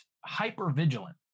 hyper-vigilant